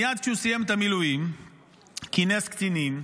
מייד כשהוא סיים את המילואים כינס קצינים,